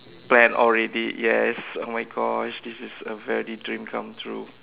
plan already yes oh my Gosh this is a very dream come true